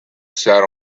sat